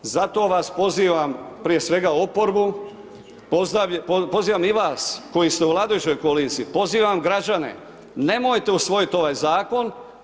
Zato vas pozivam, prije svega oporbu, pozivam i vas koji ste u vladajućoj koaliciji, pozivam građane nemojte usvojiti ovaj Zakon.